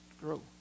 grow